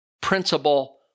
principle